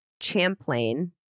Champlain